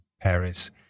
Paris